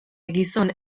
gizon